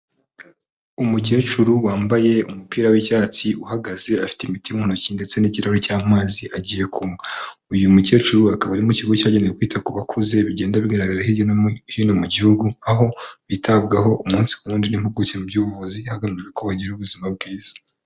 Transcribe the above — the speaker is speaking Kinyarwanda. Umukecuru wambaye umupira w'icyatsi uhagaze afite imiti mu ntoki ndetse n'ikiro cy'amazi agiye kunywa. Uyu mukecuru akaba ari mu ikigo cyagenewe kwita ku bakuze bigenda bigaragara hirya no hino mu gihugu, aho bitabwaho umunsi ku wundi impimpuguke mu by'ubuvuzi hagamijwe ko bagira ubuzima bwiza.